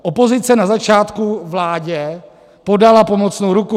Opozice na začátku vládě podala pomocnou ruku.